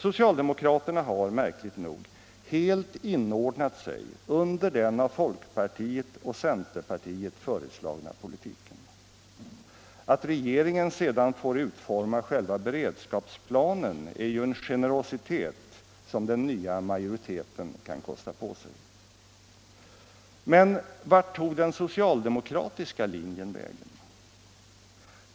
Socialdemokraterna har, märkligt nog, helt inordnat sig under den av folkpartiet och centern föreslagna politiken. Att regeringen sedan får utforma själva beredskapsplanen är ju en generositet som den nya majoriteten kan kosta på sig. Men vart tog den socialdemokratiska linjen vägen?